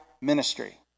ministry